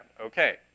Okay